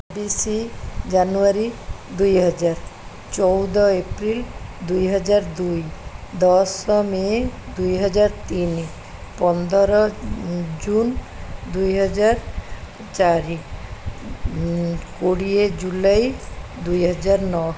Bishi January ଦୁଇ ହଜାର ଚଉଦ ଏପ୍ରିଲ ଦୁଇ ହଜାର ଦୁଇ ଦଶ ମେ ଦୁଇ ହଜାର ତିନି ପନ୍ଦର ଜୁନ୍ ଦୁଇ ହଜାର ଚାରି କୋଡ଼ିଏ ଜୁଲାଇ ଦୁଇ ହଜାର ନଅ